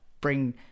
bring